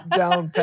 down